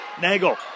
Nagel